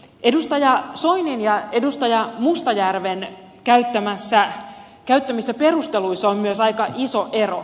edustaja soinin ja edustaja mustajärven käyttämissä perusteluissa on myös aika iso ero